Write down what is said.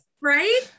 right